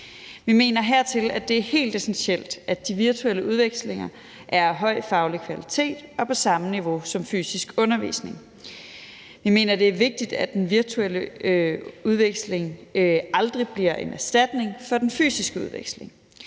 Vi mener derudover, det er helt essentielt, at de virtuelle udvekslinger er af høj faglig kvalitet og på samme niveau som fysisk undervisning. Vi mener, det er vigtigt, af den virtuelle udveksling aldrig bliver en erstatning for den fysiske udveksling.